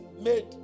made